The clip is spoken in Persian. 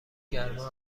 گرما